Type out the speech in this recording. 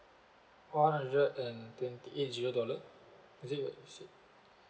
one hundred and twenty eight zero dollar is it what you said